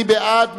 מי בעד?